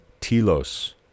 telos